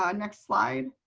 ah next slide.